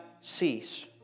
cease